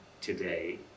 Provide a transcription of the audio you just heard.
today